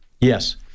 Yes